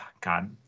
God